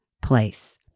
place